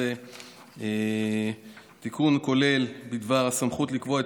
11. התיקון כולל הוראות בדבר הסמכות לקבוע את